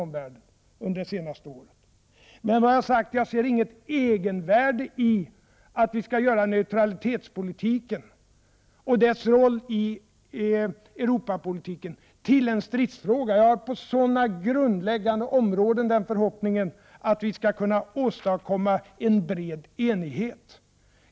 Men jag ser inget egenvärde i att vi skall göra neutralitetspolitiken och dess roll i Europapolitiken till en stridsfråga. Jag har den förhoppningen att vi på sådana grundläggande områden skall kunna åstadkomma en bred enighet.